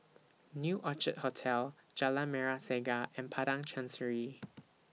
New Orchid Hotel Jalan Merah Saga and Padang Chancery